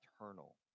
eternal